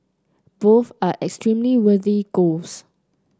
both are extremely worthy goals